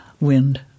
wind